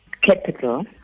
capital